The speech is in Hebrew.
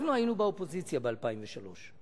אנחנו היינו באופוזיציה ב-2003,